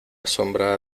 sombra